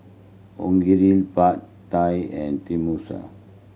Onigiri Pad Thai and Tenmusu